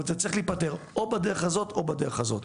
אומרת זה צריך להיפתר או בדרך הזאת או בדרך הזאת.